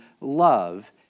love